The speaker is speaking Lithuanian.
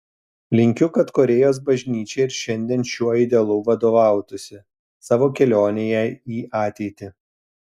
linkiu kad korėjos bažnyčia ir šiandien šiuo idealu vadovautųsi savo kelionėje į ateitį